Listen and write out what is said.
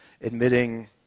admitting